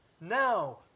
Now